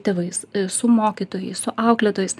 tėvais su mokytojais su auklėtojais